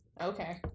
Okay